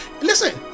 listen